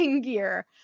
gear